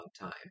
time